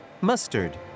Mustard